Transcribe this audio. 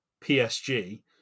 PSG